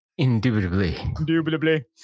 Indubitably